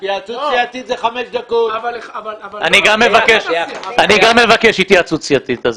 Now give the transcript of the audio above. גם אני מבקש התייעצות סיעתית.